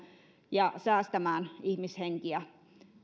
ja säästämään ihmishenkiä